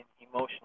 emotionally